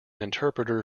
interpreter